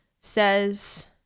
says